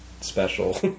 special